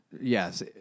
Yes